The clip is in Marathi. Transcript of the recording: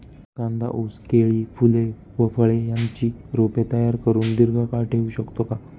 कांदा, ऊस, केळी, फूले व फळे यांची रोपे तयार करुन दिर्घकाळ ठेवू शकतो का?